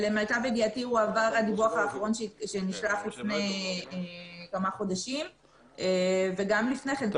למיטב ידיעתי הדיווח האחרון נשלח לפני כמה חודשים וגם לפני כן.